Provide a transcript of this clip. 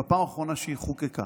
בפעם האחרונה שהיא חוקקה